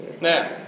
Now